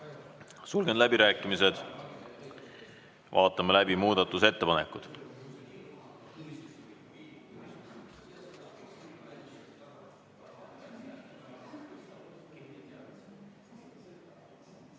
sulgen läbirääkimised. Vaatame läbi muudatusettepanekud.